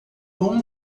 bom